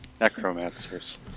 Necromancers